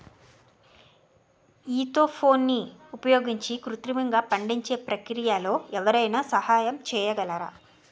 ఈథెఫోన్ని ఉపయోగించి కృత్రిమంగా పండించే ప్రక్రియలో ఎవరైనా సహాయం చేయగలరా?